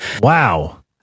Wow